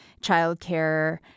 childcare